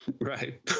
Right